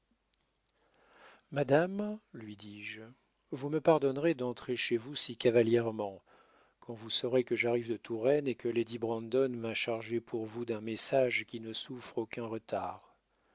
madame lui dis-je vous me pardonnerez d'entrer chez vous si cavalièrement quand vous saurez que j'arrive de touraine et que lady brandon m'a chargé pour vous d'un message qui ne souffre aucun retard